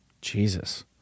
Jesus